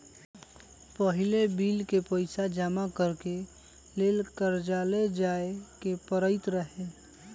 पहिले बिल के पइसा जमा करेके लेल कर्जालय जाय के परैत रहए